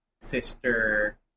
Sister